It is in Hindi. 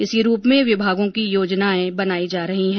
इसी रूप में विभागों की योजनाएं बनायी जा रही हैं